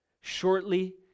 shortly